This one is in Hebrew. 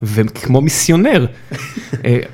וכמו מיסיונר.